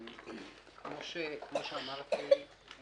כפי שאמרתי,